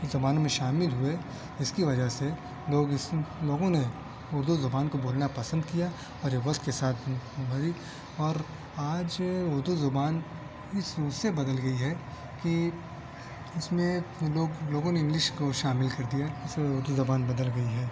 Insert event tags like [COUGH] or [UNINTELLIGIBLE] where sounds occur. زبانوں میں شامل ہوئے اس کی وجہ سے لوگ اس لوگوں نے اردو زبان کو بولنا پسند کیا اور یہ وقت کے ساتھ [UNINTELLIGIBLE] اور آج اردو زبان اس اس سے بدل گئی ہے کہ اس میں لوگ لوگوں نے انگلش کو شامل کر دیا ہے اس وجہ سے اردو زبان بدل گئی ہے